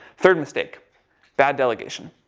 third mistake bad delegation.